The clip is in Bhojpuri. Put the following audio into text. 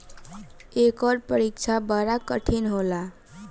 एकर परीक्षा बड़ा कठिन होला